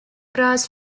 grass